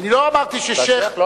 לי יש תעודת בגרות בינונית.